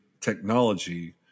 technology